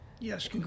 Yes